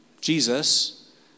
Jesus